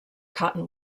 cotton